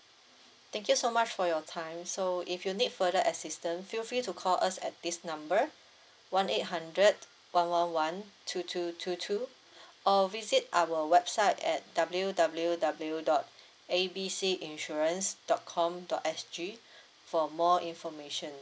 thank you so much for your time so if you need further assistant feel free to call us at this number one eight hundred one one one two two two two or visit our website at W_W_W dot A B C insurance dot com dot S_G for more information